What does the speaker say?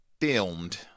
filmed